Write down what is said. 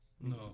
No